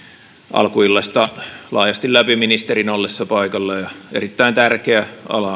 alkuillasta laajasti läpi ministerin ollessa paikalla ja erittäin tärkeä